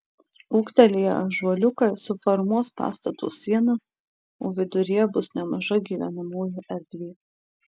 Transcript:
ūgtelėję ąžuoliukai suformuos pastato sienas o viduryje bus nemaža gyvenamoji erdvė